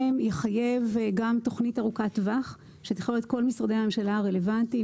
יחייב גם תוכנית ארוכת טווח שתכלול את כל משרדי הממשלה הרלוונטיים,